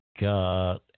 God